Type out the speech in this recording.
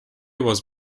was